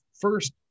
first